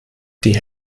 die